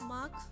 Mark